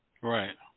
Right